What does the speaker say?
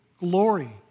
glory